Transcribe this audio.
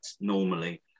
normally